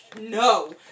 no